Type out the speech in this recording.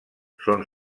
són